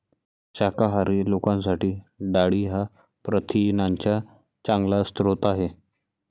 शाकाहारी लोकांसाठी डाळी हा प्रथिनांचा चांगला स्रोत आहे